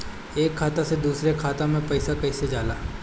एक खाता से दूसर खाता मे पैसा कईसे जाला?